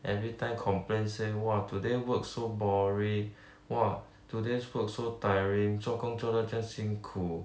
every time complain say !wah! today work so boring !wah! today's work so tiring 做工做到这样辛苦